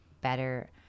better